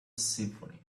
symphony